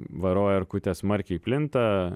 varo erkutės smarkiai plinta